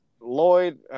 Lloyd